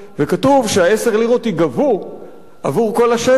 וכתוב ש-10 הלירות ייגבו עבור כל השטח